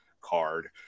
card